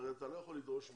הרי אתה לא יכול לדרוש מהם,